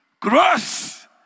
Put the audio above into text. cross